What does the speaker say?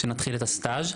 כשנתחיל את הסטאז',